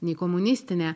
nei komunistinė